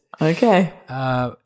Okay